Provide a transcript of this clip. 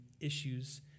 issues